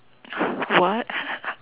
what